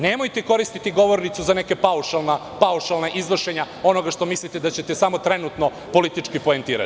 Nemojte koristiti govornicu za neka paušalna iznošenja onoga što mislite da ćete samo trenutno politički poentirati.